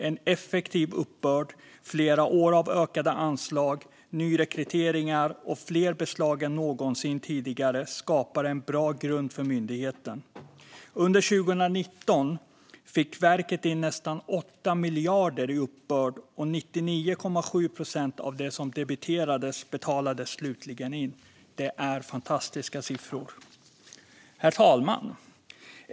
En effektiv uppbörd, flera år av ökade anslag, nyrekryteringar och fler beslag än någonsin tidigare skapar en bra grund för myndigheten. Under 2019 fick verket in nästan 8 miljarder i uppbörd, och 99,7 procent av det som debiterades betalades slutligen in. Det är fantastiska siffror. Herr talman!